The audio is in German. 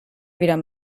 wieder